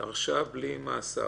הרשעה בלי מאסר.